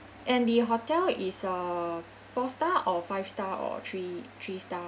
and the hotel is uh four star or five star or three three star